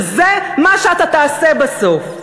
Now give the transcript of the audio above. שזה מה שאתה תעשה בסוף.